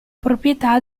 proprietà